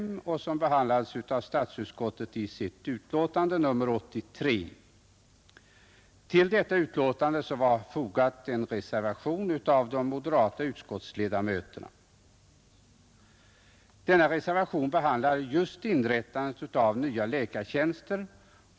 Den propositionen behandlades i statsutskottets utlåtande nr 83, och till det utlåtandet var fogad en reservation avgiven av de moderata utskottsledamöterna, vilken just gällde inrättandet av nya läkartjänster.